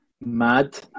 Mad